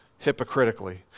hypocritically